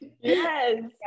yes